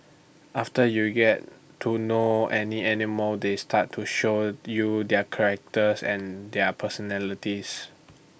after you get to know any animal they start to showed you their characters and their personalities